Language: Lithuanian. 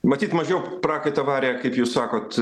matyt mažiau prakaito varė kaip jūs sakot